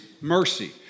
mercy